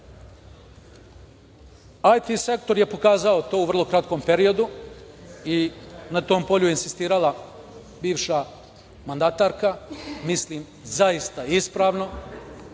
IT sektor je pokazao to u vrlo kratkom periodu i na tom polju je insistirala bivša mandatarka. Mislim, zaista ispravno. Nadam